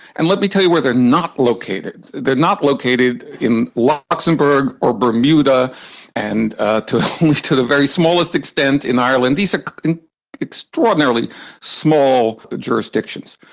and let me tell you where they're not located, they're not located in luxembourg or bermuda and ah only to the very smallest extent in ireland. these are extraordinarily small jurisdictions.